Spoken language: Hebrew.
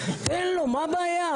קנביס, תן לו, מה הבעיה?